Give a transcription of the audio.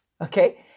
okay